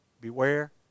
beware